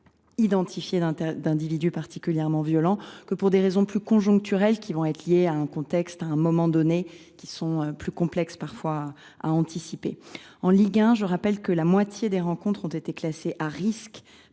identifiée d’individus particulièrement violents –, parfois pour des raisons plus conjoncturelles, liées au contexte à un moment donné, qui sont plus complexes parfois à anticiper. En Ligue 1, la moitié des rencontres ont été classées à risques